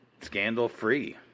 scandal-free